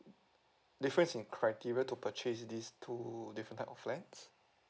difference in criteria to purchase this two different types of flats